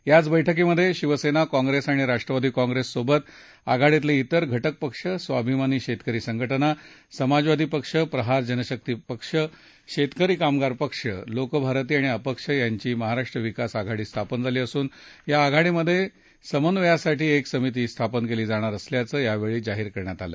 याच बैठकीत शिवसेना कॉंप्रेस आणि राष्ट्रवादी कॉंप्रेस सोबत आघाडीतले त्रिर घटकपक्ष स्वाभिमानी शेतकरी संघटना समाजवादी पक्ष प्रहार जनशक्ती पक्ष शेतकरी कामगार पक्ष लोकभारती आणि अपक्ष यांची महाराष्ट्र विकास आघाडी स्थापन झाली असून या आघाडीमध्ये समन्वयासाठी एक समिती स्थापन केली जाणार असल्याचं यावेळी जाहीर करण्यात आलं